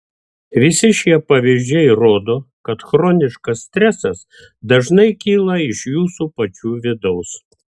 visi šie pavyzdžiai rodo kad chroniškas stresas dažnai kyla iš jūsų pačių vidaus